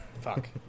Fuck